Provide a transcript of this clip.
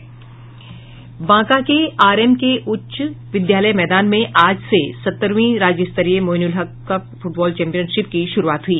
बांका के R M K उच्च विद्यालय मैदान में आज से सत्तरवीं राज्यस्तरीय Moinul Haq cup football championship की शुरूआत हुई